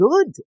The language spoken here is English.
good